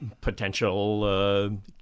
potential